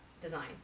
design